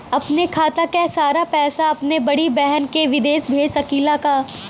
अपने खाते क सारा पैसा अपने बड़ी बहिन के विदेश भेज सकीला का?